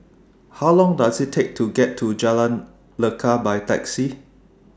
How Long Does IT Take to get to Jalan Lekar By Taxi